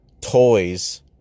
toys